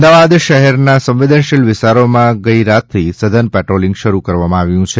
અમદાવાદ શહેરના સંવેદનશીલ વિસ્તારોમાં ગઇરાતથી સઘન પેટ્રોલિંગ શરૂ કરવામાં આવ્યું છે